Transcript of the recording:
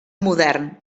modern